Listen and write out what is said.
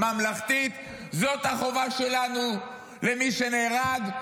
זאת החובה שלנו למי שנהרג.